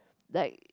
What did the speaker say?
like